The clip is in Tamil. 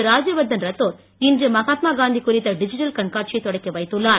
ராஜ்யவர்தன் ரத்தோர் இன்று மகாத்மா காந்தி குறித்த டிஜிட்டல் கண்காட்சியை தொடக்கி வைத்துள்ளார்